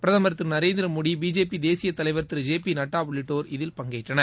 பிரதமர் திரு நரேந்திர மோடி பிஜேபி தேசியத் தலைவர் திரு ஜே பி நட்டா உள்ளிட்டோர் இதில் பங்கேற்றனர்